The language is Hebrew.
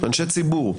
אנשי ציבור,